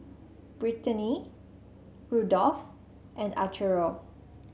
Britany Rudolf and Arturo